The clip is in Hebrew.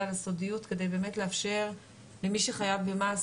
על הסודיות כדי באמת לאפשר למי שחייב במס,